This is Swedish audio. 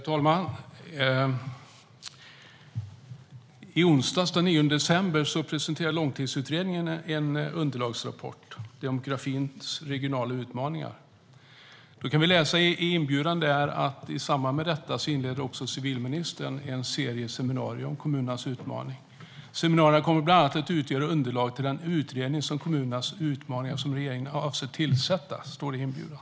Herr talman! I onsdags, den 9 december, presenterade Långtidsutredningen underlagsrapporten Demografins regionala utmaningar . I inbjudan kan vi läsa att civilministern i samband med det inleder en serie seminarier om kommunernas utmaningar. "Seminarierna kommer bland annat att utgöra underlag till den utredning om kommunernas utmaningar som regeringen avser att tillsätta", står det i inbjudan.